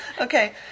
Okay